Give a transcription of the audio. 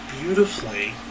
beautifully